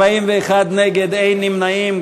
41 נגד, אין נמנעים.